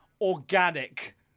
organic